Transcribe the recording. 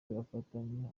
bagafatanya